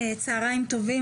צוהריים טובים,